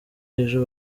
ejo